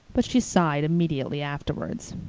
but she sighed immediately afterwards.